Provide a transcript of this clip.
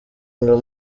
nka